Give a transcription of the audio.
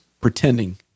pretending